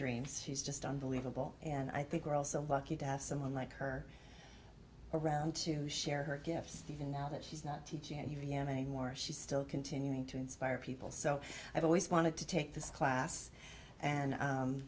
dreams she's just unbelievable and i think girl so lucky to have someone like her around to share her gifts even now that she's not teaching you again a more she's still continuing to inspire people so i've always wanted to take this class and